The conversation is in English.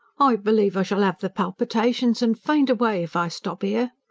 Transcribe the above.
i believe i shall ave the palpitations and faint away, if i stop ere.